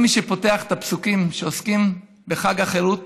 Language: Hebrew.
כל מי שפותח את הפסוקים שעוסקים בחג החירות,